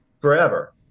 forever